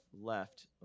left